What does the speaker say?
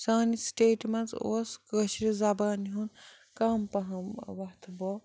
سانہِ سِٹیٹہِ منٛز اوس کٲشرِ زَبانہِ ہُنٛد کَم پہَم وَتھٕ بَو